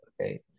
okay